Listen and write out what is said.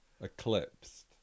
eclipsed